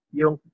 yung